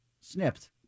snipped